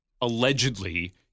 allegedly